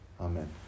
Amen